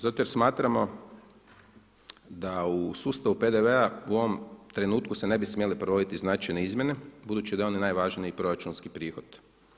Zato jer smatramo da u sustavu PDV-a u ovom trenutku se ne bi smjele provoditi značajne izmjene budući da je on najvažniji proračunski prihod.